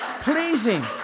Pleasing